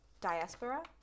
diaspora